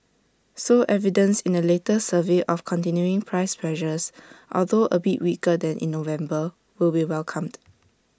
so evidence in the latest survey of continuing price pressures although A bit weaker than in November will be welcomed